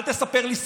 אל תספר לי סיפורים.